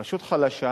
רשות חלשה